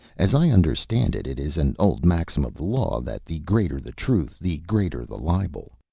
as i understand it, it is an old maxim of the law that the greater the truth the greater the libel.